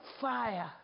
fire